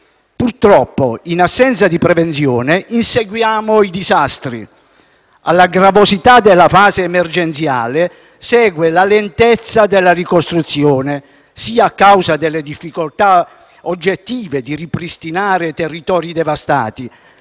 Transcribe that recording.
Purtroppo, in assenza di prevenzione, inseguiamo i disastri. Alla gravosità della fase emergenziale segue la lentezza della ricostruzione, a causa sia delle difficoltà oggettive di ripristinare territori devastati,